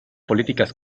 políticas